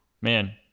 man